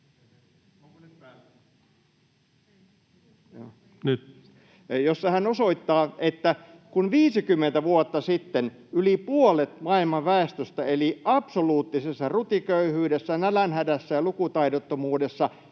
jossa hän osoittaa, että kun 50 vuotta sitten yli puolet maailman väestöstä eli absoluuttisessa rutiköyhyydessä, nälänhädässä ja lukutaidottomuudessa,